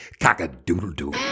cock-a-doodle-doo